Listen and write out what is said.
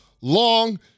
long